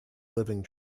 living